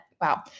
wow